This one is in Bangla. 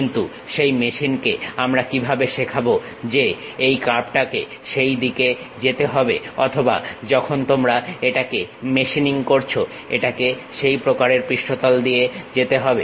কিন্তু সেই মেশিন কে আমরা কিভাবে শেখাবো যে এই কার্ভটাকে সেই দিকে যেতে হবে অথবা যখন তোমরা এটাকে মেশিনিং করছো এটাকে সেই প্রকারের পৃষ্ঠতল দিয়ে যেতে হবে